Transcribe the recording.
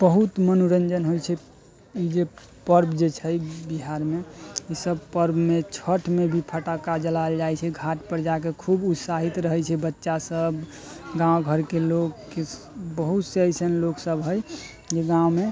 बहुत मनोरञ्जन होइ छै ई जे पर्व जे छै बिहारमे ई सब पर्वमे छठमे भी फटाका जलायल जाइ छै घाटपर जाके खूब उत्साहित रहै छै बच्चा सब गाँव घरके लोग बहुत से एसन लोग सब हय जे गाँवमे